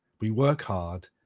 we work hard,